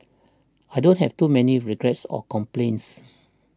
I don't have too many regrets or complaints